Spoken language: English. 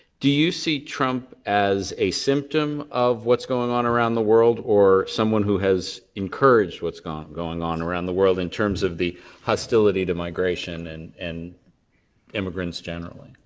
do you see trump as a symptom of what's going on around the world or someone who has encouraged what's going on around the world in terms of the hostility to migration and and immigrants generally?